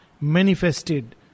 manifested